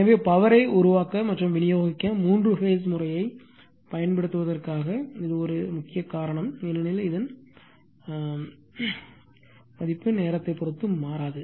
எனவே பவரை உருவாக்க மற்றும் விநியோகிக்க மூன்று பேஸ் முறையைப் பயன்படுத்துவதற்கு இது ஒரு முக்கியமான காரணம் ஏனெனில் இது நேரத்தை பொறுத்து மாறாது